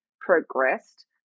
progressed